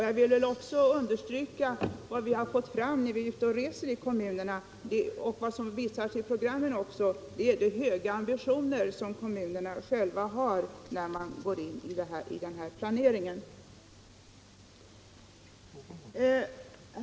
Jag vill också understryka vad som kommit fram när vi rest omkring ute i kommunerna — och det framgår också av programmen — nämligen att kommunerna har höga ambitioner i denna planering.